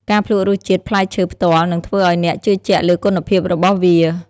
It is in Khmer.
ការភ្លក្សរសជាតិផ្លែឈើផ្ទាល់នឹងធ្វើឱ្យអ្នកជឿជាក់លើគុណភាពរបស់វា។